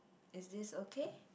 is this okay